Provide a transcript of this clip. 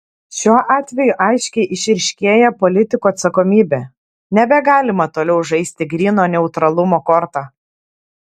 šiuo atveju aiškiai išryškėja politikų atsakomybė nebegalima toliau žaisti gryno neutralumo korta